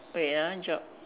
wait ah job